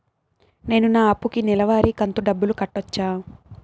నేను నా అప్పుకి నెలవారి కంతు డబ్బులు కట్టొచ్చా?